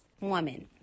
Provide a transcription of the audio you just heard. woman